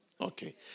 Okay